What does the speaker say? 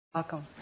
Welcome